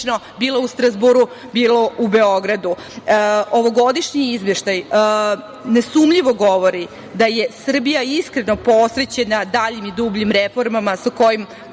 bilo u Strazburu, bilo u Beogradu. Ovogodišnji izveštaj nesumnjivo govori da je Srbija iskreno posvećena daljim i dubljim reformama sa kojim